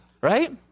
Right